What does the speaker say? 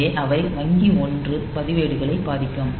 எனவே அவை வங்கி 1 பதிவேடுகளை பாதிக்கும்